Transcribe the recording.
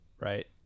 right